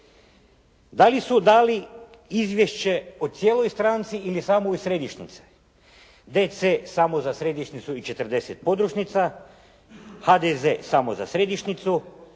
Da li su dali izvješće o cijeloj stranci ili samo iz središnjice? DC samo za središnjicu i 40 podružnica, HDZ samo za središnjicu,